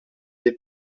des